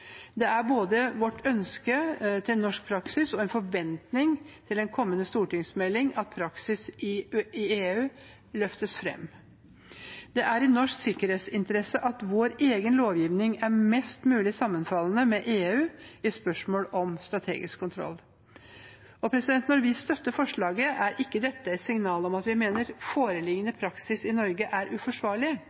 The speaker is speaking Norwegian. Det er både vårt ønske til norsk praksis og en forventning til en kommende stortingsmelding, at praksis i EU løftes frem. Det er i norsk sikkerhetsinteresse at vår egen lovgivning er mest mulig sammenfallende med EU i spørsmål om strategisk kontroll. Når vi støtter forslaget, er ikke dette et signal om at vi mener foreliggende praksis i Norge er uforsvarlig,